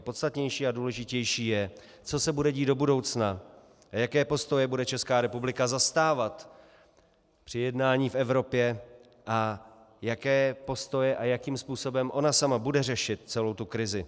Podstatnější a důležitější je, co se bude dít do budoucna a jaké postoje bude Česká republika zastávat při jednání v Evropě a jaké postoje a jakým způsobem ona sama bude řešit celou tu krizi.